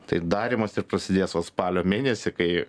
tai darymas ir prasidės va spalio mėnesį kai